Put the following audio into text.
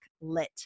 lit